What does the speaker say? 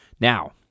Now